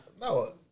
No